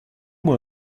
moi